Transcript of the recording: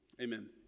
amen